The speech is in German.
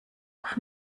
auf